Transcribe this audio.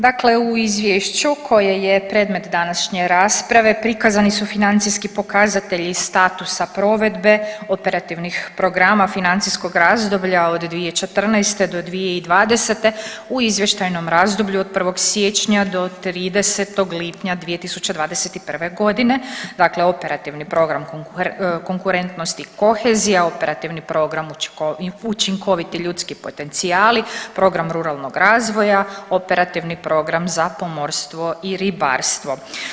Dakle u izvješću koje je predmet današnje rasprave prikazani su financijski pokazatelji statusa provedbe operativnih programa financijskog razdoblja od 2014. do 2020. u izvještajnom razdoblju od 1. siječnja do 30. lipnja 2021. godine, dakle operativni program konkurentnosti i kohezija, operativni program i učinkoviti ljudski potencijali, program ruralnog razvoja, operativni program za pomorstvo i ribarstvo.